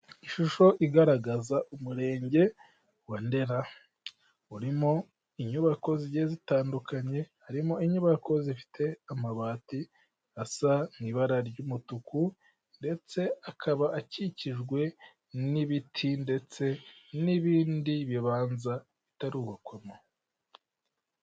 Ishusho igaragaza umurenge wa ndera urimo inyubako zigiye zitandukanye harimo inyubako zifite amabati asa n'ibara ry'umutuku ndetse akaba akikijwe n'ibiti ndetse n'ibindi bibanza bitarubakwamo.